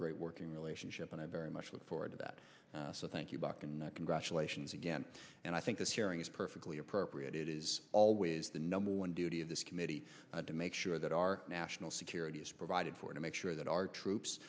great working relationship and i very much look forward to that so thank you buck and congratulations again and i think this hearing is perfectly appropriate it is always the number one duty of this committee to make sure that our national security is provided for to make sure that our troops